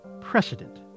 precedent